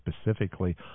specifically